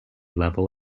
level